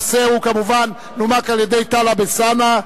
הנושא כמובן נומק על-ידי טלב אלסאנע,